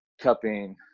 cupping